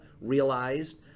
realized